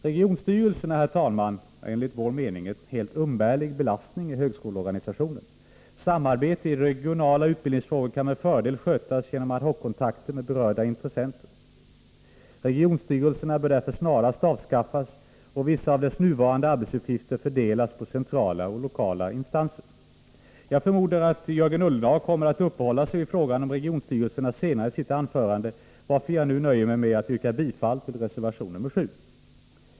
Regionstyrelserna är enligt vår mening en helt umbärlig belastning i högskoleorganisationen. Samarbete i regionala utbildningsfrågor kan med fördel skötas genom ad hoc-kontakter med berörda intressenter. Regionstyrelserna bör därför snarast avskaffas och vissa av deras nuvarande arbetsuppgifter fördelas på centrala och lokala instanser. Jag förmodar att Jörgen Ullenhag senare kommer att uppehålla sig vid frågan om regionstyrelserna i sitt anförande, varför jag nu nöjer mig med att yrka bifall till reservation nr 7.